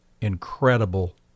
Incredible